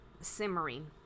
simmering